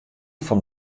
fan